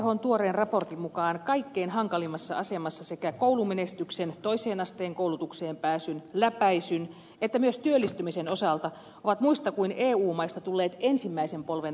ophn tuoreen raportin mukaan kaikkein hankalimmassa asemassa sekä koulumenestyksen toisen asteen koulutukseen pääsyn läpäisyn että myös työllistymisen osalta ovat muista kuin eu maista tulleet ensimmäisen polven maahanmuuttajanuoret